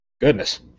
Goodness